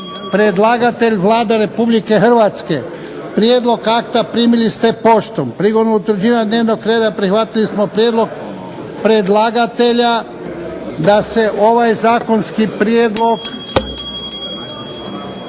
Predlagatelj Vlada Republike Hrvatske. Prijedlog akta primili ste poštom. Prilikom utvrđivanja dnevnog reda prihvatili smo prijedlog predlagatelja da se ovaj zakonski prijedlog